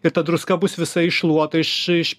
ir ta druska bus visa iššluota iš iš